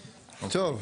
טוב.